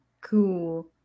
cool